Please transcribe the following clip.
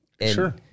Sure